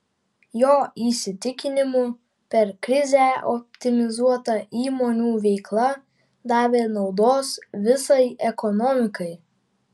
jo įsitikinimu per krizę optimizuota įmonių veikla davė naudos visai ekonomikai